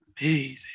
amazing